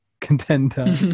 contender